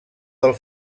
del